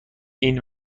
این